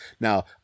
now